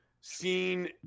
seen